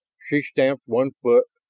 she stamped one foot,